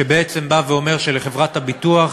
שבעצם בא ואומר שלחברת הביטוח